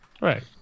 Right